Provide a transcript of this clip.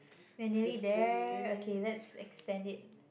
we are nearly there okay let's extend it